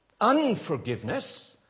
Unforgiveness